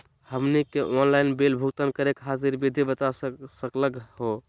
हमनी के online bill भुगतान करे खातीर विधि बता सकलघ हो?